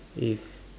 if